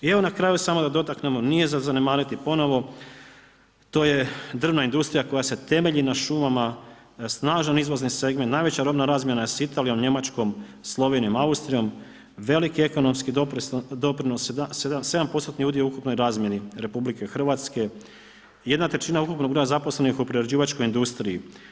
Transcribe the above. I evo na kraju samo da dotaknemo, nije za zanemariti ponovno, to je drvna industrija koja se temelji na šumama, snažan izvozni segment, najveća robna razmjena je sa Italijom, Njemačkom, Slovenijom, Austrijom, veliki ekonomski doprinos, 7%-tni udio u ukupnoj razmjeni RH, jedna trećina ukupnog broja zaposlenih u prerađivačkoj industriji.